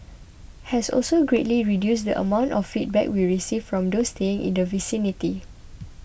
has also greatly reduced the amount of feedback we received from those staying in the vicinity